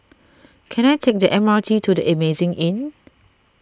can I take the M R T to the Amazing Inn